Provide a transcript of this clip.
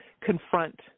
confront